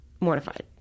mortified